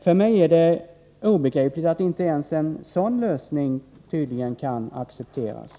För mig är det obegripligt att tydligen inte ens en sådan lösning kan accepteras.